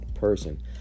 person